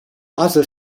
other